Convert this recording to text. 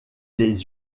les